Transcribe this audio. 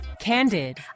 candid